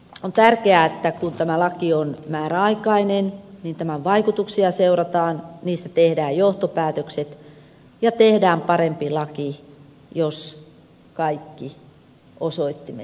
on tärkeää että kun tämä laki on määräaikainen tämän vaikutuksia seurataan niistä tehdään johtopäätökset ja tehdään parempi laki jos kaikki osoittimet sitä näyttävät